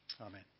Amen